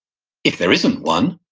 if there isn't one,